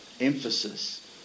emphasis